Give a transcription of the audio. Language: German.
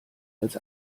als